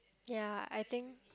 ya I think